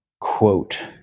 quote